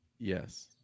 Yes